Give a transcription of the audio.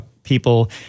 people